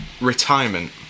retirement